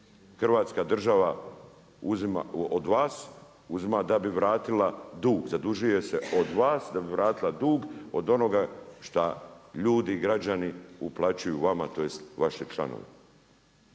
uzima od vas uzima da bi vratila dug, zadužuje se od vas da bi vratila dug od onoga šta ljudi, građani uplaćuju vama tj. vašim članovima.